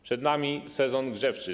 Przed nami sezon grzewczy.